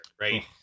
right